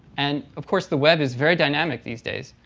and of course the web is very dynamic these days.